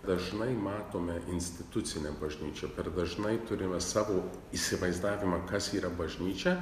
dažnai matome institucinę bažnyčią per dažnai turime savo įsivaizdavimą kas yra bažnyčia